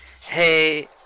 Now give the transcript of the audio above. hey